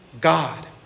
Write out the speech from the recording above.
God